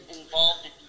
involved